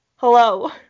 Hello